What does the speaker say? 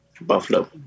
Buffalo